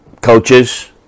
coaches